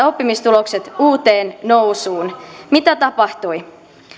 oppimistulokset uuteen nousuun mitä tapahtui